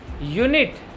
unit